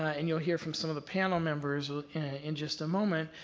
ah and you'll hear from some of the panel members in just a moment,